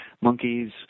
monkeys